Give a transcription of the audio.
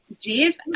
Dave